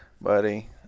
buddy